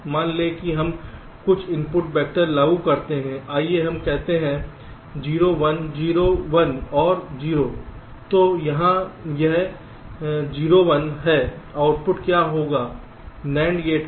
मान लें कि हम कुछ इनपुट वेक्टर लागू करते हैं आइए हम कहते हैं 0 1 0 1 और 0 तो जहां यह 0 1 है आउटपुट क्या होगा NAND गेट का